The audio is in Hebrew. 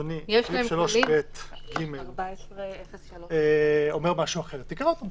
אדוני, 3ב(ג) אומר משהו אחר, תקרא אותו.